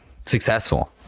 successful